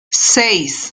seis